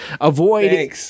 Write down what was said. avoid